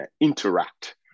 interact